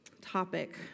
topic